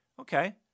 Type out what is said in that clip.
Okay